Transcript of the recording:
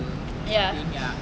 ya